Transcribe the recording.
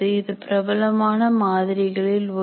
இது பிரபலமான மாதிரிகளில் ஒன்று